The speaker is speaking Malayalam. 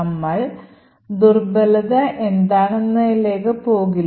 നമ്മൾ ദുർബലത എന്താണെന്നതിലേക്ക് പോകില്ല